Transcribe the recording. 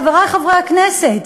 חברי חברי הכנסת,